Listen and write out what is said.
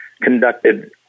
conducted